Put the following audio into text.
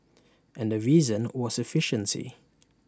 and the reason was efficiency